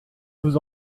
vous